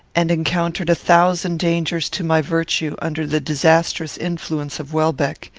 and encountered a thousand dangers to my virtue under the disastrous influence of welbeck.